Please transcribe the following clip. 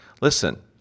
Listen